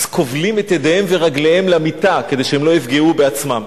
אז כובלים את ידיהם ואת רגליהם למיטה כדי שהם לא יפגעו בעצמם.